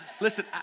listen